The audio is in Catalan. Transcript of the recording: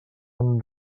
han